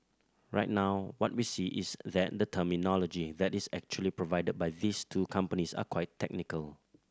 right now what we see is then the terminology that is actually provided by these two companies are quite technical